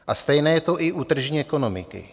A stejné je to i u tržní ekonomiky.